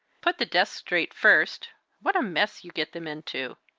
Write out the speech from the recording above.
put the desks straight first what a mess you get them into.